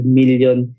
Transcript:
million